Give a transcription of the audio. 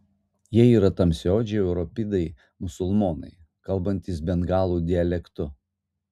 jie yra tamsiaodžiai europidai musulmonai kalbantys bengalų dialektu